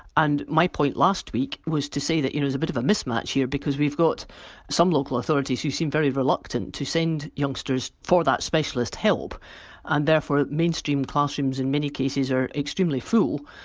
and my point, last week, was to say that you know there's a bit of mismatch here because we've got some local authorities who seem very reluctant to send youngsters for that specialist help and therefore mainstream classrooms in many cases are extremely full,